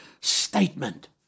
statement